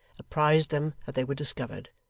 apprised them that they were discovered,